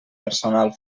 personal